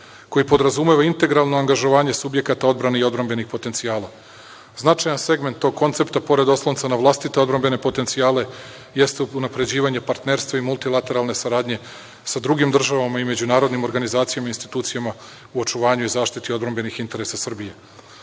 koji podrazumeva integralno angažovanje subjekata odbrane i odbrambenih potencijala. Značajan segment tog koncepta, pored oslonca na vlastite odbrambene potencijale, jeste unapređivanje partnerstva i multilaterarne saradnje sa drugim državama i međunarodnim organizacijama i institucijama u očuvanju i zaštiti odbrambenih interesa